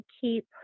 keep